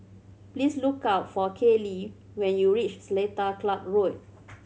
please look up for Kayli when you reach Seletar Club Road